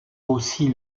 aussi